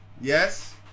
Yes